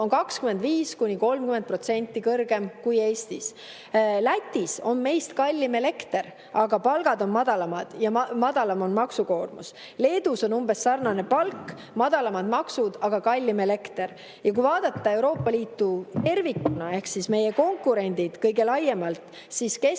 on 25–30% kõrgem kui Eestis. Lätis on meist kallim elekter, aga palgad on madalamad ja madalam on ka maksukoormus. Leedus on umbes sarnane palk, madalamad maksud, aga kallim elekter. Kui vaadata Euroopa Liitu tervikuna ehk meie konkurente kõige laiemalt, siis keskmine